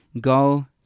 go